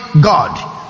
God